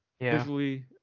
visually